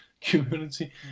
community